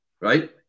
right